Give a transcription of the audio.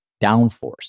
downforce